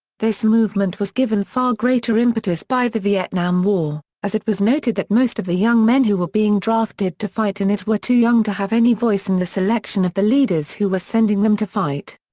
this movement was given far greater impetus by the vietnam war, as it was noted that most of the young men who were being drafted to fight in it were too young to have any voice in the selection of the leaders who were sending them to fight.